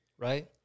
Right